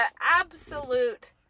absolute